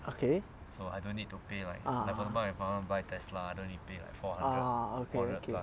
okay ah ah ah okay okay